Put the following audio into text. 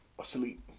asleep